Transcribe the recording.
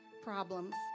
problems